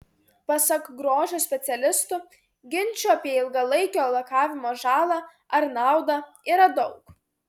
pasak grožio specialistų ginčų apie ilgalaikio lakavimo žalą ar naudą yra daug